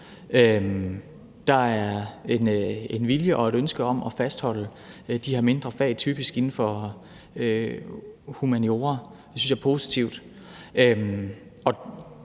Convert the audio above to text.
Der er en vilje og et ønske om at fastholde de her mindre fag, typisk inden for humaniora. Det synes jeg er positivt.